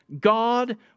God